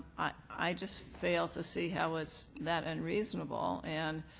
i just fail to see how it's that unreasonable and,